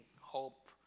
hope